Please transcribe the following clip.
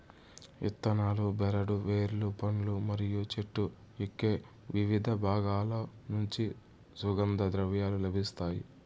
ఇత్తనాలు, బెరడు, వేర్లు, పండ్లు మరియు చెట్టు యొక్కవివిధ బాగాల నుంచి సుగంధ ద్రవ్యాలు లభిస్తాయి